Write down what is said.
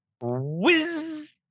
Whiz